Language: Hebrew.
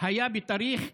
הוא אמר: תעלה.